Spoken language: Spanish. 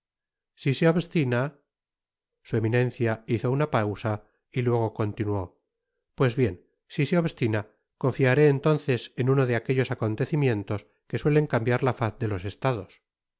si se obstina su eminencia hizo una pausa y luego continuó pues bien si se obstina confiaré entonces en uno de aquellos acontecimientos que suelen cambiar la faz de los estados